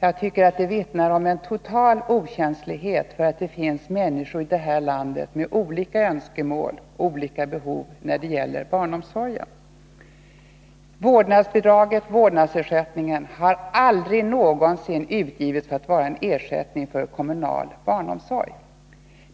Jag tycker att det vittnar om en total okänslighet för att det finns människor i vårt land med olika önskemål och olika behov när det gäller barnomsorgen. Vårdnadsbidraget har aldrig någonsin utgetts för att vara en ersättning för kommunal barnomsorg.